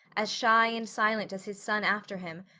as shy and silent as his son after him,